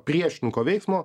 priešininko veiksmo